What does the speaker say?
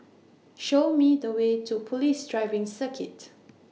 Show Me The Way to Police Driving Circuit